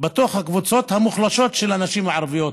בתוך הקבוצה המוחלשת של הנשים הערביות.